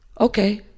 Okay